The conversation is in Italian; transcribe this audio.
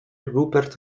rupert